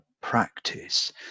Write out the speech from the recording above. practice